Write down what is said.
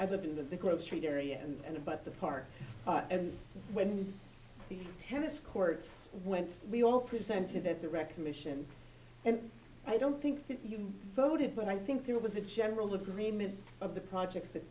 i've lived in the grove street area and abut the park and when the tennis courts went we all presented that the recognition and i don't think you voted but i think there was a general agreement of the projects that